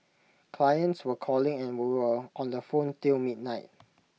clients were calling and we were on on the phone till midnight